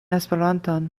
esperantan